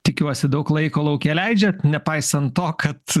tikiuosi daug laiko lauke leidžiat nepaisant to kad